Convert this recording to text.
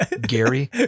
Gary